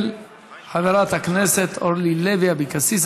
של חברת הכנסת אורלי לוי אבקסיס.